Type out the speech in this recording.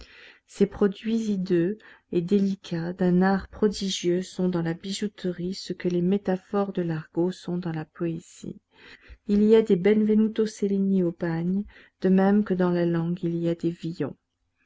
ces produits hideux et délicats d'un art prodigieux sont dans la bijouterie ce que les métaphores de l'argot sont dans la poésie il y a des benvenuto cellini au bagne de même que dans la langue il y a des